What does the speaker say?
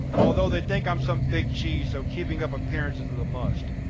although, they think i'm some big cheese so keeping up appearances is a must.